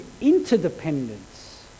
interdependence